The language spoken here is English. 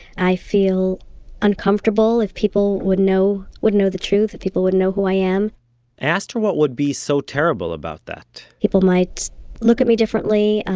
i feel uncomfortable if people would know, would know the truth. if people would know who i am i asked her what would be so terrible about that people might look at me differently.